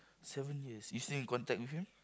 seven years you still in contact with him